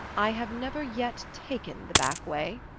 i have never yet taken the back way,